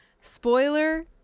spoiler